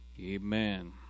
Amen